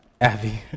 Abby